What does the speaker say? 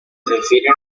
refieren